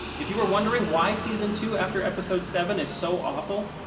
if you were wondering why season two after episode seven is so awful,